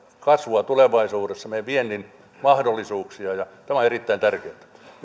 kasvua tulevaisuudessa meidän viennin mahdollisuuksia tämä on erittäin tärkeätä